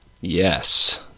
yes